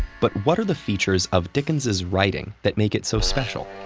but what are the features of dickens's writing that make it so special?